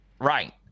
Right